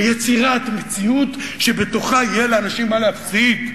ביצירת מציאות שבתוכה יהיה לאנשים מה להפסיד,